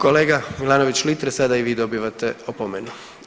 Kolega Milanović Litre, sada i vi dobivate opomenu.